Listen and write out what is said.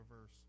verse